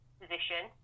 position